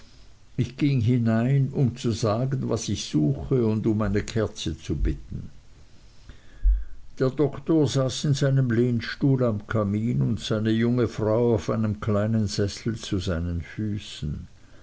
ich ging hinein um zu sagen was ich suche und um eine kerze zu holen der doktor saß in seinem lehnstuhl am kamin und seine junge frau auf einem kleinen sessel zu seinen füßen